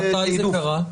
מתי זה קרה?